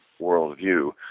worldview